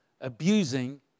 abusing